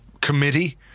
committee